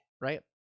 Right